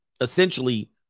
essentially